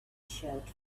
showed